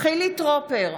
חילי טרופר,